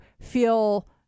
feel